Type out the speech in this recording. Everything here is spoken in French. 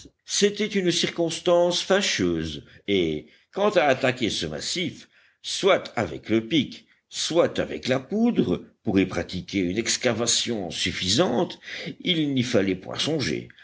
c'était une circonstance fâcheuse et quant à attaquer ce massif soit avec le pic soit avec la poudre pour y pratiquer une excavation suffisante il n'y fallait point songer